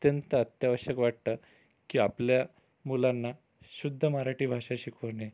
अत्यंत अत्यावश्यक वाटतं की आपल्या मुलांना शुद्ध मराठी भाषा शिकवणे